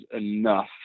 enough